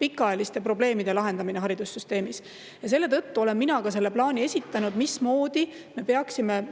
pikaajaliste probleemide lahendamises haridussüsteemis. Selle tõttu olen mina esitanud plaani, mismoodi,